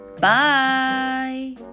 bye